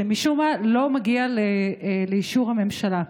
שמשום מה לא מגיע לאישור הממשלה.